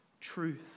truth